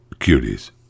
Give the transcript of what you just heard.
Cuties